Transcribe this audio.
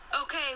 Okay